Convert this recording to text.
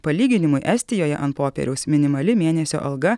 palyginimui estijoje ant popieriaus minimali mėnesio alga